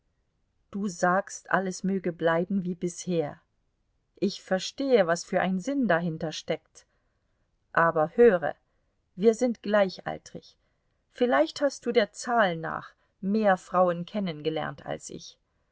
du sagst alles möge bleiben wie bisher ich verstehe was für ein sinn dahinter steckt aber höre wir sind gleichaltrig vielleicht hast du der zahl nach mehr frauen kennengelernt als ich